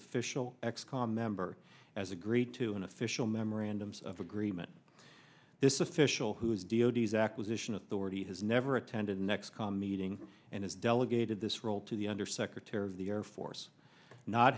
official x com member as agreed to an official memorandums of agreement this official who is d o d s acquisition authority has never attended an ex con meeting and has delegated this role to the under secretary of the air force not